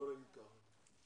בוא נגיד ככה.